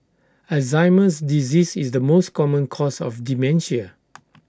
Alzheimer's disease is the most common cause of dementia